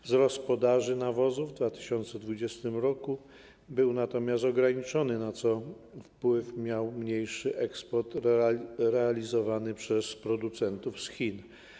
Wzrost podaży nawozów w 2020 r. był natomiast ograniczony, na co wpływ miał mniejszy eksport realizowany przez producentów z Chin.